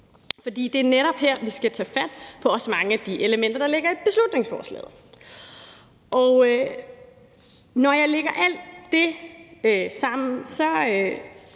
for det er netop her, vi skal tage fat på mange af de elementer, der ligger i beslutningsforslaget. Når jeg lægger alt det sammen, synes